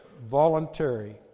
voluntary